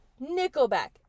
nickelback